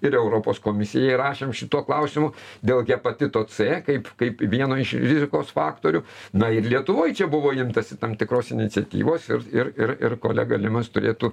ir europos komisijai rašėm šituo klausimu dėl hepatito c kaip kaip vieno iš rizikos faktorių na ir lietuvoj čia buvo imtasi tam tikros iniciatyvos ir ir ir ir kolega limas turėtų